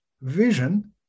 vision